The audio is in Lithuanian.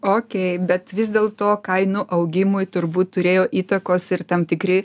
okei bet vis dėlto kainų augimui turbūt turėjo įtakos ir tam tikri